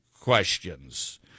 questions